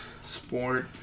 Sport